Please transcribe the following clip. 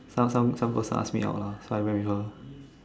some some some person ask me out lah so I went with her